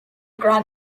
grant